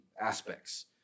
aspects